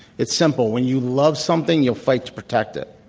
it's simple. when you love something, you'll fight to protect it.